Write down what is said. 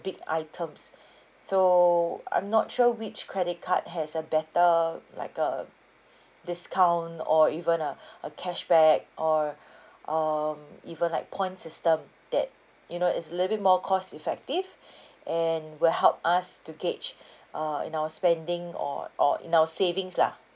big items so I'm not sure which credit card has a better like a discount or even a a cashback or um even like points system that you know it's a little bit more cost effective and will help us to gauge uh in our spending or or in our savings lah